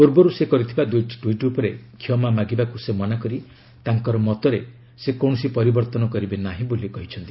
ପୂର୍ବରୁ ସେ କରିଥିବା ଦୁଇଟି ଟ୍ୱିଟ୍ ଉପରେ କ୍ଷମା ମାଗିବାକୁ ସେ ମନା କରି ତାଙ୍କର ମତରେ ସେ କୌଣସି ପରିବର୍ତ୍ତନ କରିବେ ନାହିଁ ବୋଲି କହିଛନ୍ତି